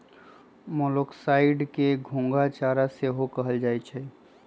मोलॉक्साइड्स के घोंघा चारा सेहो कहल जाइ छइ